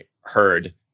heard